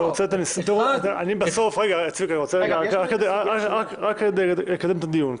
אני רוצה לקדם את הדיון.